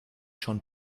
schon